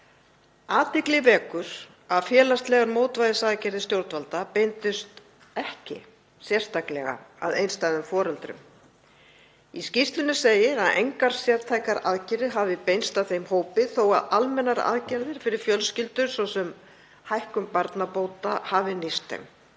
Athygli vekur að félagslegar mótvægisaðgerðir stjórnvalda beindust ekki sérstaklega að einstæðum foreldrum. Í skýrslunni segir að engar sértækar aðgerðir hafi beinst að þeim hópi þó að almennar aðgerðir fyrir fjölskyldur, svo sem hækkun barnabóta, hafi nýst